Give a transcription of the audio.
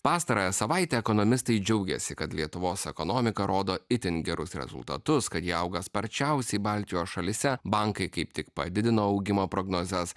pastarąją savaitę ekonomistai džiaugiasi kad lietuvos ekonomika rodo itin gerus rezultatus kad jie auga sparčiausiai baltijos šalyse bankai kaip tik padidino augimo prognozes